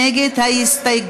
מי נגד ההסתייגות?